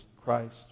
Christ